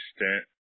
extent